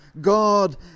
God